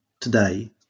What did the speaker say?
today